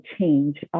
change